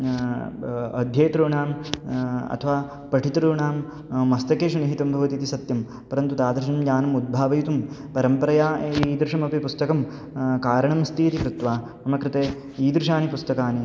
अध्येतॄणां अथवा पठितॄणां मस्तकेषु निहितं भवति इति सत्यं परन्तु तादृशं ज्ञानम् उद्भावयितुं परम्परया ईदृशमपि पुस्तकं कारणमस्ति इति कृत्वा मम कृते ईदृशानि पुस्तकानि